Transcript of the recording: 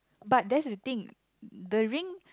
but there's the thing the ring